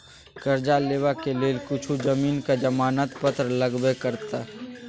करजा लेबाक लेल किछु जमीनक जमानत पत्र लगबे करत